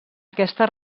aquesta